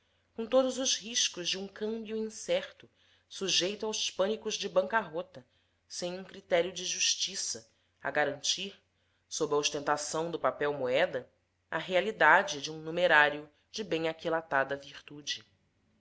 com todos os riscos de um câmbio incerto sujeito aos pânicos de bancarrota sem um critério de justiça a garantir sob a ostentação do papel moeda a realidade de um numerário de bem aquilatada virtude